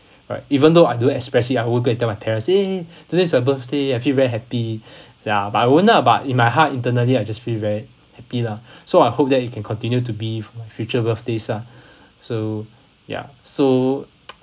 right even though I don't express it I won't go and tell my parents !yay! today is my birthday I feel very happy ya but I will know uh but in my heart internally I just feel very happy lah so I hope that you can continue to give future birthdays lah so ya so